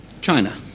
China